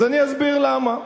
אז אני אסביר למה.